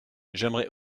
j’aimerais